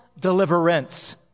deliverance